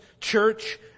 church